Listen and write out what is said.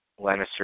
Lannister